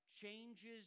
Changes